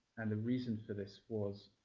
and the reason for this was